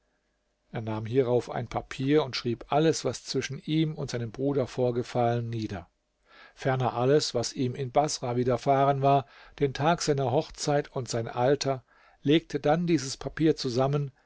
er nahm hierauf ein papier und schrieb alles was zwischen ihm und seinem bruder vorgefallen nieder ferner alles was ihm in baßrah wiederfahren war den tag seiner hochzeit und sein alter legte dann dieses papier zusammen